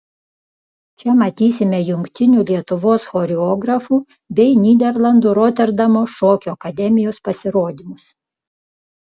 čia matysime jungtinių lietuvos choreografų bei nyderlandų roterdamo šokio akademijos pasirodymus